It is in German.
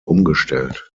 umgestellt